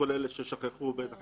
לכל אלה ששכחו בטח,